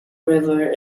river